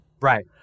Right